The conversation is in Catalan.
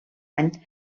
any